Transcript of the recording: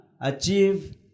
achieve